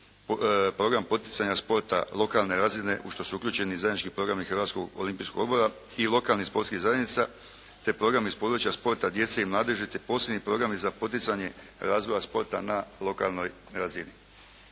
program poticanja sporta lokalne razine u što su uključeni zajednički programi Hrvatskog olimpijskog odbora i lokalnih sportskih zajednica, te programi iz područja sporta, djece i mladeži, te posebni programi za poticanje razvoja sporta na lokalnoj razini.